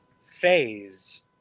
phase